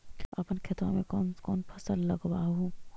अपन खेतबा मे कौन कौन फसल लगबा हू?